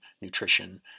nutrition